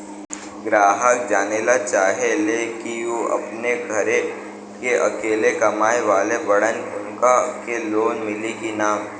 ग्राहक जानेला चाहे ले की ऊ अपने घरे के अकेले कमाये वाला बड़न उनका के लोन मिली कि न?